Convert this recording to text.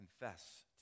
confess